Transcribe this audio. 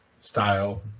style